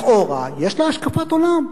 לכאורה, יש לה השקפת עולם.